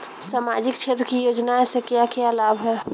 सामाजिक क्षेत्र की योजनाएं से क्या क्या लाभ है?